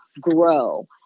grow